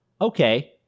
Okay